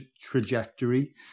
trajectory